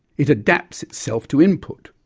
it adapts itself to input.